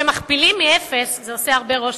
כשמכפילים מאפס זה עושה הרבה רושם.